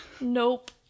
Nope